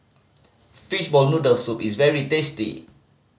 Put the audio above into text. fishball noodle soup is very tasty